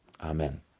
Amen